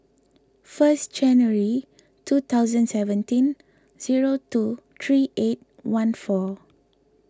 first January two thousand seventeen zero two three eight one four